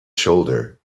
shoulder